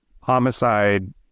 homicide